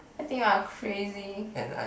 I think you're crazy